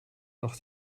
doch